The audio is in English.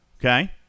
Okay